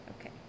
okay